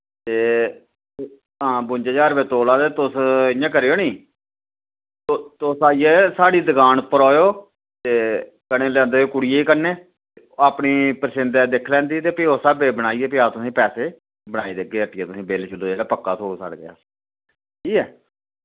ते हां बुंजा ज्हार रपेआ तोला ते तुस इ'यां करेओ नि तू तुस आई जाएओ साढ़ी दुकान उप्पर आएओ ते कन्नै लेआंदे आएओ कुड़ियें बी कन्नै अपनी पर्सिन्दै दिक्खी लैंदी ते फ्ही उस स्हाबै बनाइयै फ्ही अस तुसें पैसे बनाई देगे हट्टियै तुसें बिल शिल जेह्ड़ा पक्का ठीक ऐ